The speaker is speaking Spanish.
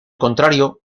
contrario